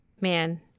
Man